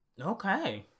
Okay